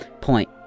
point